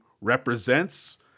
represents